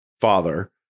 father